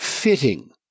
Fitting